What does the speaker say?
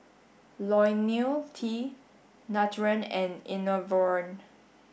Ionil T Nutren and Enervon